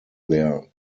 their